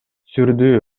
сүрдүү